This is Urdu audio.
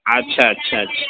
اچھا اچھا اچھا